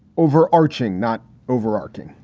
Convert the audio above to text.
overarching, not overarching.